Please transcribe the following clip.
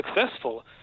successful